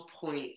point